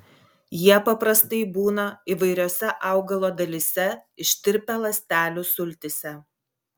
jie paprastai būna įvairiose augalo dalyse ištirpę ląstelių sultyse